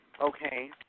Okay